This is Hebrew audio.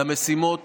למשימות